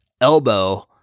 elbow